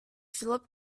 philip